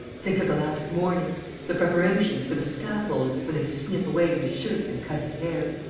think of the last morning the preparations for the scaffold, when they snip away his shirt and cut his hair.